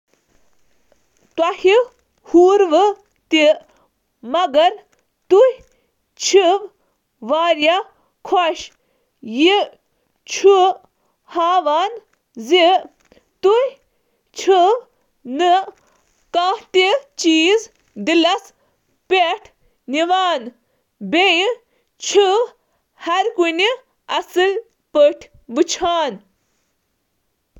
تۄہہِ چھا ہارمُت، مگر تُہۍ چھِو خۄش، یہِ چیز چھُ ظٲہِر کران زِ تُہۍ چھِو نہٕ کانٛہہ تہِ سنجیدگی سان نِوان۔